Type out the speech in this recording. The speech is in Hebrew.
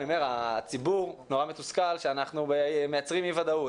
אני אומר שהציבור נורא מתוסכל שאנחנו מייצרים אי ודאות.